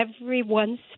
everyone's